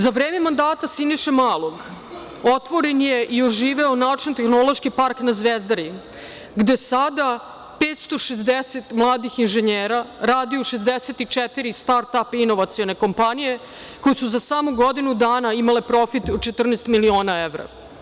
Za vreme mandata Siniše Malog, otvoren je i oživeo naučno-tehnološki park na Zvezdari, gde sada 560 mladih inženjera radi u 64 start-ap inovacione kompanije, koje su za samo godinu dana imale profit od 14 miliona evra.